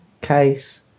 case